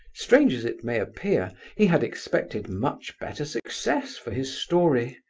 strange as it may appear, he had expected much better success for his story.